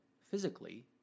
physically